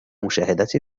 مشاهدة